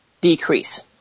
decrease